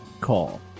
call